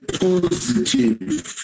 positive